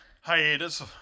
hiatus